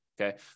okay